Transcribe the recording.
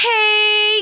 Hey